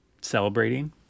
celebrating